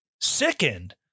sickened